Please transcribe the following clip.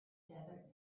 desert